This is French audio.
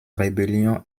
rébellion